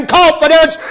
confidence